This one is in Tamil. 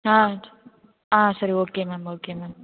ஆ ஆ சரி ஓகே மேம் ஓகே மேம்